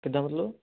ਕਿੱਦਾਂ ਮਤਲਬ